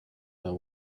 their